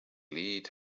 lead